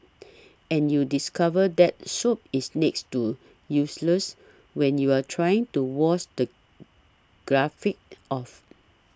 and you discover that soap is next to useless when you're trying to wash the graphite off